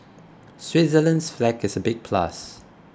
Switzerland's flag is a big plus